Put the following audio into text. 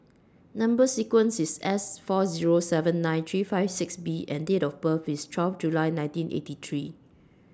Number sequence IS S four Zero seven nine three five six B and Date of birth IS twelve July nineteen eighty three